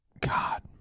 God